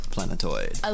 Planetoid